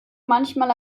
manchmal